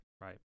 right